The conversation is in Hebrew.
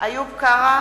בהצבעה איוב קרא,